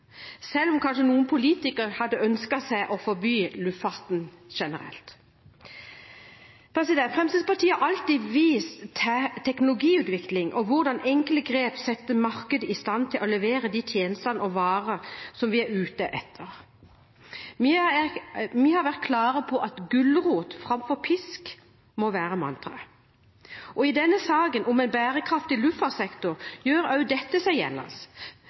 selv om kanskje noen politikere hadde ønsket å forby luftfart generelt. Fremskrittspartiet har alltid vist til teknologiutvikling og hvordan enkle grep setter markedet i stand til å levere de tjenester og varer vi er ute etter. Vi har vært klare på at gulrot framfor pisk må være mantraet. I denne saken om en bærekraftig luftfartssektor gjør også dette seg